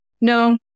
No